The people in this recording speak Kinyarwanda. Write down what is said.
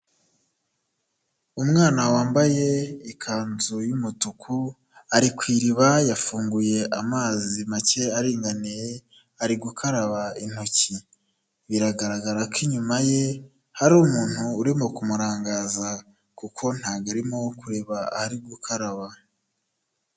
Umwana wambaye ikanzu y'umutuku ari ku iriba yafunguye amazi make aringaniye ari gukaraba intoki biragaragara ko inyuma ye hari umuntu urimo kumurangaza kuko ntabwo arimo kureba aho ari gukaraba.